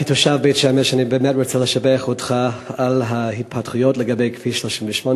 כתושב בית-שמש אני באמת רוצה לשבח אותך על ההתפתחויות לגבי כביש 38,